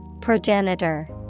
progenitor